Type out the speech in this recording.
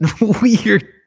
weird